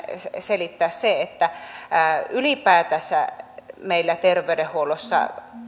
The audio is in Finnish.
selittää ylipäätänsä meillä terveydenhuollossa